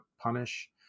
punish